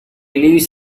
lives